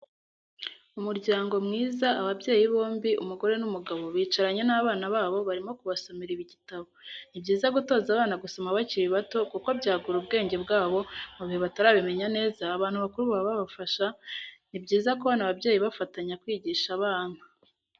Umuryango mwiza ababyeyi bombi umugore n'umugabo bicaranye n'abana babo barimo kubasomera igitabo, ni byiza gutoza abana gusoma bakiri bato kuko byagura ubwenge bwabo mu gihe batarabimenya neza abantu bakuru babafasha, ni byiza kubona ababyeyi bafatanya kwigisha abana.